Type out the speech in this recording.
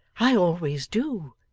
i always do